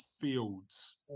fields